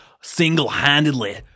single-handedly